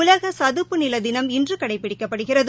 உலக சதுப்பு நில தினம் இன்று கடைபிடிக்கப்படுகிறது